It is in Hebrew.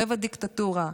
רבע דיקטטורה,